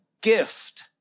gift